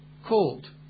called